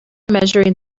measuring